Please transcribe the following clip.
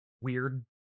Weird